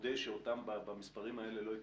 מודה שאותם במספרים האלה לא הכרתי,